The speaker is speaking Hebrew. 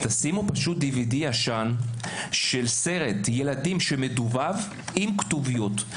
שימו דיוידי ישן של סרט ילדים מדובב עם כתוביות.